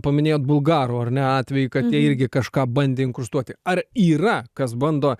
paminėjot bulgarų ar ne atvejį kad jie irgi kažką bandė inkrustuoti ar yra kas bando